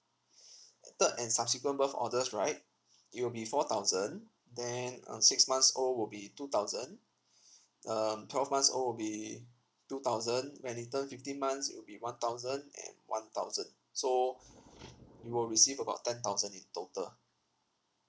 uh third and subsequent birth orders right it'll be four thousand then um six months old will be two thousand um twelve months old will be two thousand when he turn fifteen months it will be one thousand and one thousand so you will receive about ten thousand in total